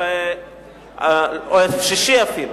או שישי אפילו,